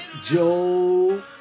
Joe